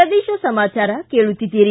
ಪ್ರದೇಶ ಸಮಾಚಾರ ಕೇಳುತ್ತಿದ್ದೀರಿ